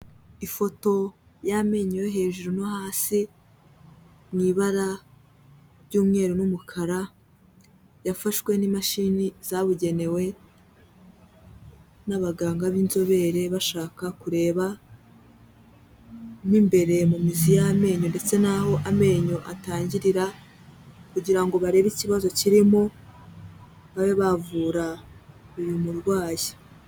Ifoto y'amenyo yo hejuru no hasi, mu ibara ry'umweru n'umukara yafashwe n'imashini zabugenewe n'abaganga b'inzobere, bashaka kureba mu imbere mu mizi y'amenyo ndetse naho amenyo atangirira kugira ngo barebe ikibazo kirimo, babe bavura uyu murwayi.